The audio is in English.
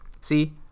See